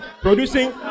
Producing